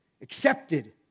accepted